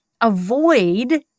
avoid